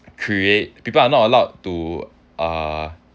create people are not allowed to uh